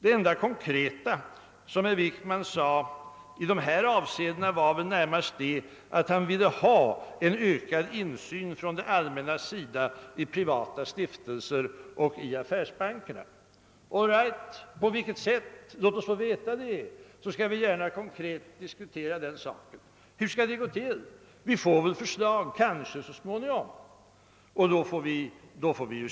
Det enda konkreta herr Wickman sade i dessa avseenden var väl, att han ville ha en ökad insyn från det allmännas sida i privata stiftelser och i affärsbankerna. All right! Låt oss få veta på vilket sätt denna insyn skall ske, så skall vi gärna konkret diskutera den saken. Hur skall det gå till? Vi får kanske så småningom förslag, och då får vi se.